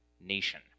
nation